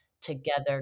together